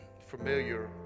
familiar